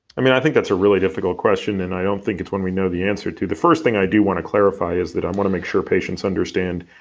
i mean, i think that's a really difficult question, and i don't think it's one we know the answer to. the first thing i do wanna clarify is that i wanna make sure patients understand,